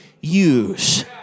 use